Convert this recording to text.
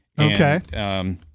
Okay